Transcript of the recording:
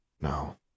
No